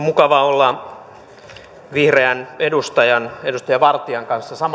on mukava olla vihreän edustajan edustaja vartian kanssa samaa mieltä